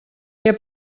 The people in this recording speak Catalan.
què